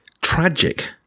tragic